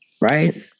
Right